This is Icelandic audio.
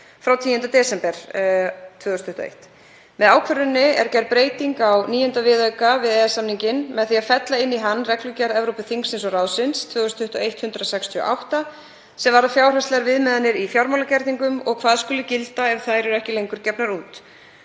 frá 10. desember 2001. Með ákvörðuninni er gerð breyting á IX. viðauka við EES-samninginn með því að fella inn í hann reglugerð Evrópuþingsins og ráðsins 2021/168 sem varðar fjárhagslegar viðmiðanir í fjármálagerningum og hvað skuli gilda ef þær eru ekki lengur gefnar út.